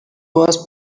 was